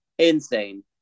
Insane